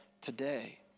today